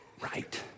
right